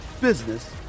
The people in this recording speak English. business